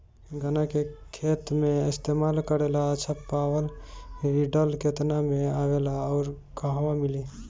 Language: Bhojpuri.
गन्ना के खेत में इस्तेमाल करेला अच्छा पावल वीडर केतना में आवेला अउर कहवा मिली?